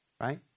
right